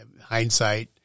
hindsight